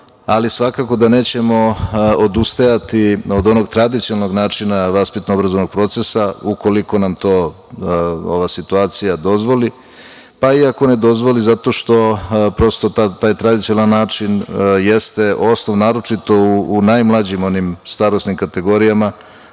ali svakako da nećemo odustajati od onog tradicionalnog načina vaspitno obrazovnog procesa ukoliko nam to ova situacija dozvoli, pa i ako ne dozvoli zato što prosto taj tradicionalan način jeste osnov naročito u najmlađim starosnim kategorijama,